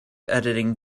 editing